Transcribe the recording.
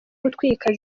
gutwika